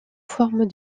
forme